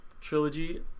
trilogy